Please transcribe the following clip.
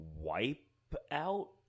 Wipeout